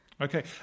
Okay